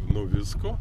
nuo visko